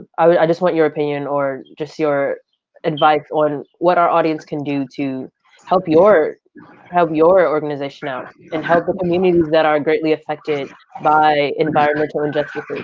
i just want your opinion or just your advice on what our audience can do to help your help your organization out and help ah communities that are greatly affected by environmental injustice.